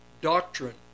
doctrine